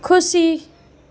ખુશી